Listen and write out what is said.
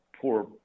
poor